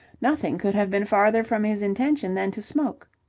nothing could have been farther from his intention than to smoke.